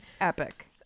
Epic